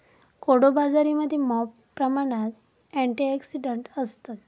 कोडो बाजरीमध्ये मॉप प्रमाणात अँटिऑक्सिडंट्स असतत